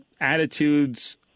attitudes